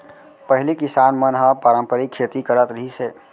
पहिली किसान मन ह पारंपरिक खेती करत रिहिस हे